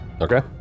Okay